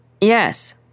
Yes